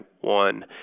one